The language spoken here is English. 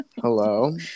hello